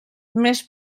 més